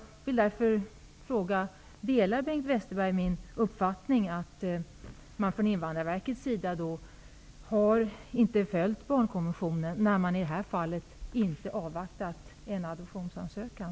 Delar Bengt Westerberg min uppfattning att man hos Invandrarverket inte har följt barnkonventionen när man i detta fall inte avvaktat en adoptionsansökan?